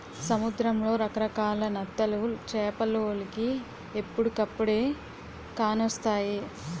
సముద్రంలో రకరకాల నత్తలు చేపలోలికి ఎప్పుడుకప్పుడే కానొస్తాయి